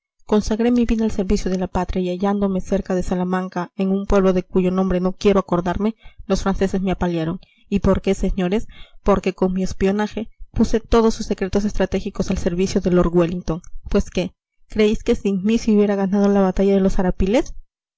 consagré mi vida al servicio de la patria y hallándome cerca de salamanca en un pueblo de cuyo nombre no quiero acordarme los franceses me apalearon y por qué señores porque con mi espionaje puse todos sus secretos estratégicos al servicio de lord wellington pues qué creéis que sin mí se hubiera ganado la batalla de los arapiles